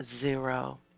Zero